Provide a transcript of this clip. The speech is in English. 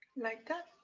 like that.